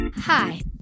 hi